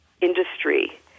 industry